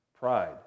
Pride